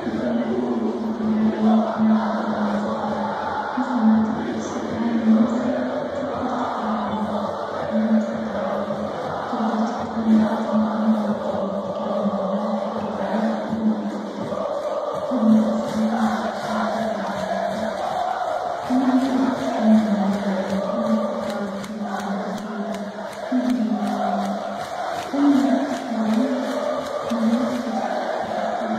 أقول له حاول تتدرب على الكلام قبل ما تطلع مثل ما تقرا بصوت عالي لنفسك تقدر تقرا لهم كمان بصوت عالي، وتجدر تكتب النقاط المهمة الل تبي تتكلم عنها وتركز عليها قبل ما تبدأ، وخذ نفس عميق عشان تهدي أعصابك، وكمان جرب تتكلم مع ربعك أو أصدقائك في مواظيع بسيطة وادري أنه كل ما تتكلم مع الوقت بتحس بتحسن.